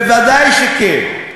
ודאי שכן.